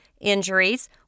injuries